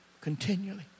continually